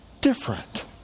different